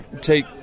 take